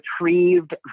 retrieved